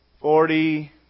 Forty